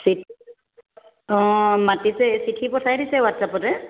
ঠিক অঁ মাতিছে চিঠি পঠাই দিছে হোৱাটছ আপতে